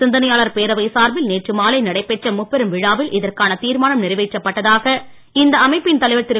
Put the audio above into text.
சிந்தனையாளர் பேரவை சார்பில் நேற்று மாலை நடைபெற்ற முப்பெரும் விழாவில் இதற்கான தீர்மானம் நிறைவேற்றப்பட்டதாக இந்த அமைப்பின் தலைவர் திரு